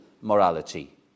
morality